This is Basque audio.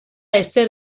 ezer